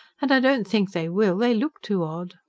and i don't think they will. they look too odd.